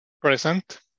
Present